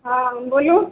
हाँ बोलू